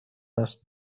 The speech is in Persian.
است